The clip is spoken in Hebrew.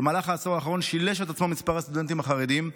במהלך העשור האחרון שילש את עצמו מספר הסטודנטים החרדים.